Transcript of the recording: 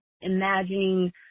imagining